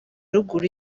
ruguru